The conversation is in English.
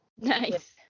nice